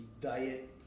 diet